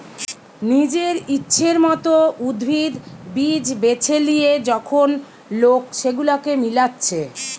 নিজের ইচ্ছের মত উদ্ভিদ, বীজ বেছে লিয়ে যখন লোক সেগুলাকে মিলাচ্ছে